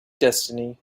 destiny